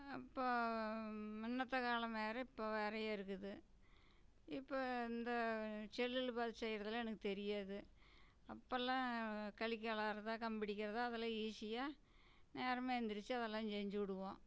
அப்போ முன்னத்த காலம் வேறு இப்போ வேறையாக இருக்குது இப்போ இந்த செல்லில் பார்த்து செய்யறதெல்லாம் எனக்கு தெரியாது அப்போல்லாம் களி கிளரதோ கம்பு இடிக்கிறதோ அதெல்லாம் ஈஸியாக நேரமாக எந்திரிச்சி அதெல்லாம் செஞ்சிவிடுவோம்